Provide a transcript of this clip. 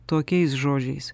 tokiais žodžiais